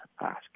ask